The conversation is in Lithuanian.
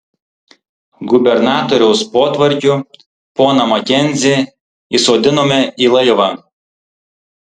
gubernatoriaus potvarkiu poną makenzį įsodinome į laivą